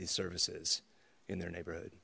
these services in their neighborhood